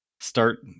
start